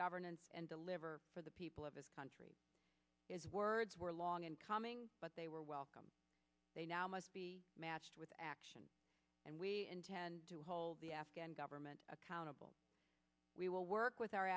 governance and deliver for the people of his country is words were long in coming but they were welcome they now must be matched with action and we intend to hold the afghan government accountable we will work with